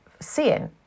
seeing